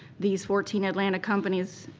these fourteen atlanta companies